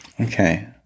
Okay